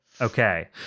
Okay